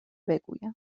بگویم